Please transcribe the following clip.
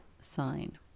sign